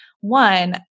one